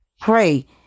pray